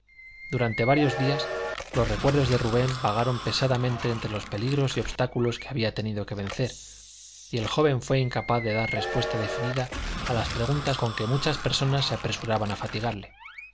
durante varios días los recuerdos de rubén vagaron pesadamente entre los peligros y obstáculos que había tenido que vencer y el joven fué incapaz de dar respuesta definida a las preguntas con que muchas personas se apresuraban a fatigarle